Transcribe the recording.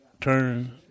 turn